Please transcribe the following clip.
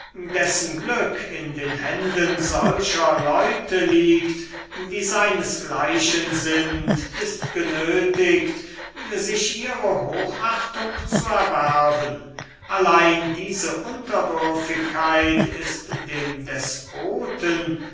dessen glück in den händen solcher leute liegt die seines gleichen sind ist genötiget sich ihre hochachtung zu erwerben allein diese unterwürfigkeit ist dem despoten